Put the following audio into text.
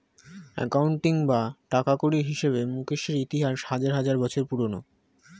accounting বা টাকাকড়ির হিসেবে মুকেশের ইতিহাস হাজার হাজার বছর পুরোনো